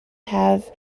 have